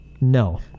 no